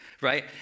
Right